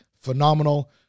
phenomenal